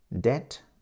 debt